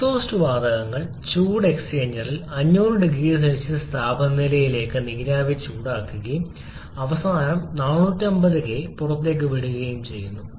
exhaust വാതകങ്ങൾ ചൂട് എക്സ്ചേഞ്ചറിൽ 500 0C താപനിലയിലേക്ക് നീരാവി ചൂടാക്കുകയും അവസാനം 450 കെ വിടുകയും ചെയ്യുന്നു